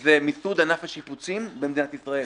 זה מיסוד ענף השיפוצים במדינת ישראל.